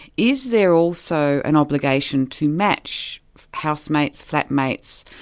is there also an obligation to match housemates, flatmates,